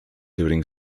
during